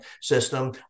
system